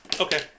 Okay